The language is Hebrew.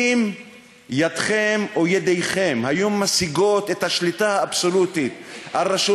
אם ידכם או ידיכם היו משיגות את השליטה האבסולוטית על רשות